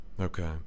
Okay